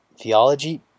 theology